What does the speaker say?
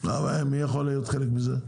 מי יכול להיות חלק מזה?